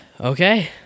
Okay